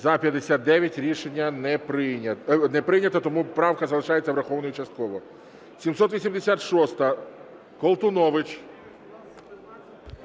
За-59 Рішення не прийнято. Тому правка залишається врахованою частково. 786-а. Колтунович.